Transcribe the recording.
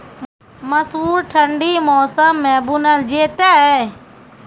मसूर ठंडी मौसम मे बूनल जेतै?